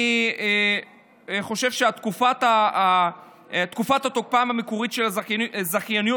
אני חושב שתקופת תוקפם המקורית של הזיכיונות